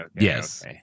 Yes